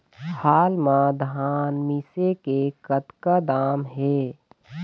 हाल मा धान मिसे के कतका दाम हे?